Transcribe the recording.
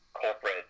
corporate